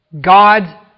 God